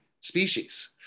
species